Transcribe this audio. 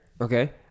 Okay